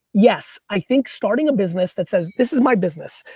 yes, i think starting a business that says, this is my business,